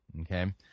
okay